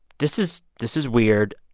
this is this is weird.